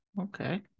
okay